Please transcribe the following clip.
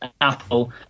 apple